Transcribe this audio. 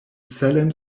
salem